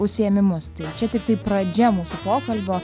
užsiėmimus tai čia tiktai pradžia mūsų pokalbio